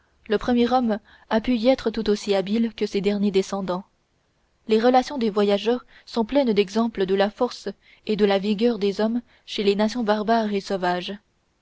le premier homme a pu y être tout aussi habile que ses derniers descendants les relations des voyageurs sont pleines d'exemples de la force et de la vigueur des hommes chez les nations barbares et sauvages